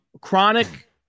chronic